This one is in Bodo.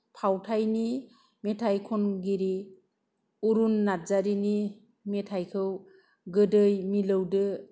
फावथायनि मेथाय खनगिरि अरुन नार्जारीनि मेथायखौ गोदै मिलौदो